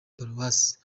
paruwasi